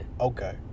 Okay